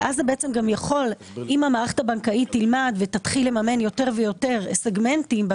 ואם המערכת הבנקאית תלמד ותתחיל לממן יותר ויותר סגמנטים בתעשייה הזאת,